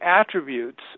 attributes